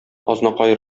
азнакай